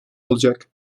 olacak